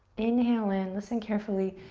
inhale in. listen carefully,